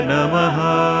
Namaha